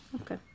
okay